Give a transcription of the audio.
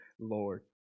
Lord